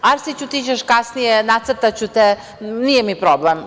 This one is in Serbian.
Arsiću ti ćeš kasnije, nacrtaću te, nije mi problem.